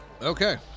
Okay